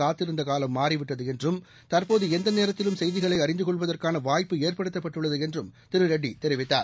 காத்திருந்தகாலம் மாறிவிட்டதுஎன்றும் தற்போதுஎந்தநேரத்திலும் செய்திகளைஅறிந்தகொள்வதற்கானவாய்ப்பு ஏற்படுத்தப்பட்டுள்ளதுஎன்றும் திருரெட்டிதெரிவித்தார்